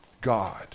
God